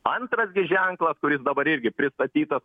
antras ženklas kuris dabar irgi pristatytas